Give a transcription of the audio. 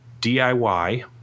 DIY